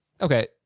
Okay